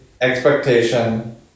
expectation